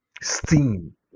Steam